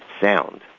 sound